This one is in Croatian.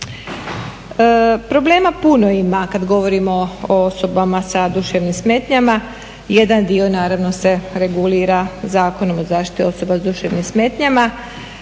Problema puno ima kada govorima o osobama sa duševnim smetnjama. Jedan dio se regulira Zakonom o zaštiti osoba s duševnim smetnjama